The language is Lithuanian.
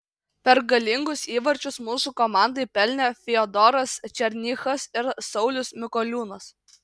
pergalingus įvarčius mūsų komandai pelnė fiodoras černychas ir saulius mikoliūnas